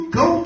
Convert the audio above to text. go